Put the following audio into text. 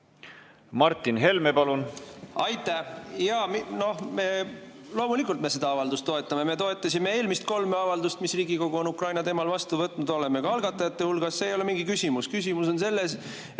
avaldusse sisse? Aitäh! Jaa, no loomulikult me seda avaldust toetame. Me toetasime eelmist kolme avaldust, mis Riigikogu on Ukraina teemal vastu võtnud, oleme ka algatajate hulgas, see ei ole mingi küsimus. Küsimus on selles, et